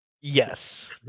Yes